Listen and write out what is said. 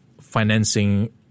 financing